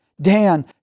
Dan